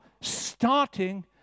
starting